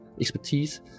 expertise